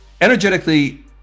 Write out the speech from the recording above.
energetically